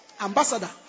Ambassador